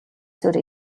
суурь